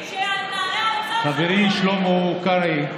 חברי שלמה קרעי,